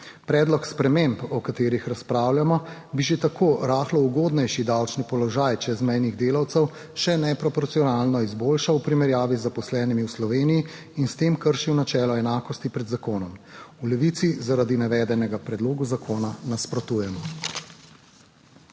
Predlog sprememb, o katerih razpravljamo, bi že tako rahlo ugodnejši davčni položaj čezmejnih delavcev še neproporcionalno izboljšal v primerjavi z zaposlenimi v Sloveniji in s tem kršil načelo enakosti pred zakonom. V Levici zaradi navedenega predlogu zakona nasprotujemo.